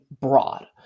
broad